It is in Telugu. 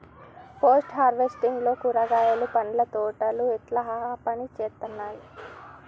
పోస్ట్ హార్వెస్టింగ్ లో కూరగాయలు పండ్ల తోటలు ఎట్లా పనిచేత్తనయ్?